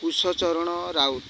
Kush Charan Raut